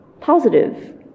positive